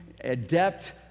adept